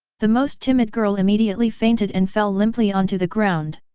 the most timid girl immediately fainted and fell limply onto the ground.